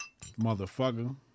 Motherfucker